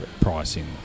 pricing